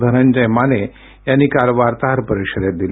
धनंजय माने यांनी काल वार्ताहर परिषदेत दिली